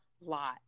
lot